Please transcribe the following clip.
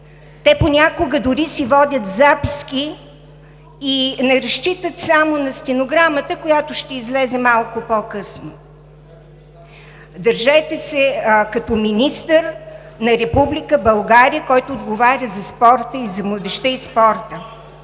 те понякога дори си водят записки и не разчитат само на стенограмата, която ще излезе малко по-късно. (Шум и реплики.) Дръжте се като министър на Република България, който отговаря за младежта и спорта.